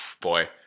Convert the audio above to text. boy